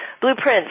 blueprints